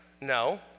No